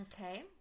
Okay